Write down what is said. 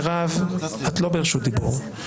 מרב, את לא ברשות דיבור.